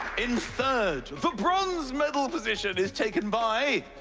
in third, the bronze medal position is taken by.